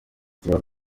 ibibazo